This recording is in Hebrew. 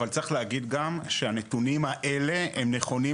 אבל צריך להגיד גם שהנתונים האלה נכונים